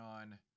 on